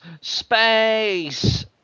space